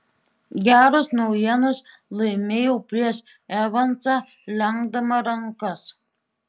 geros naujienos laimėjau prieš evansą lenkdama rankas